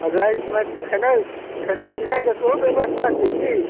रातिमे खेनाइ खेनाइ पिनाइके सेहो बेबस्था छै कि